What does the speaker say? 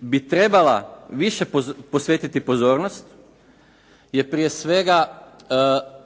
bi trebala više posvetiti pozornost je prije svega